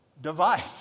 device